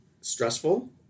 Stressful